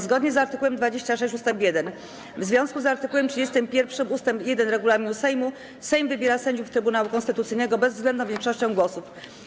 Zgodnie z art. 26 ust. 1, w związku z art. 31 ust. 1 regulaminu Sejmu, Sejm wybiera sędziów Trybunału Konstytucyjnego bezwzględną większością głosów.